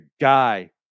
guy